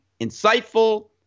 insightful